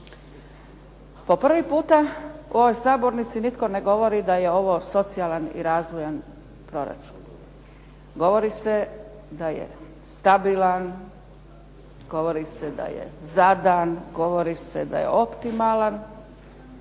govori u ovoj sabornici da je to socijalan i razvojan proračun. Govori se da je stabilan, govori se da je zadan, govori se da je optimalan,